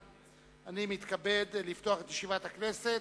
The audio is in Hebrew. ירושלים, הכנסת,